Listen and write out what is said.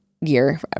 year